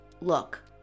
look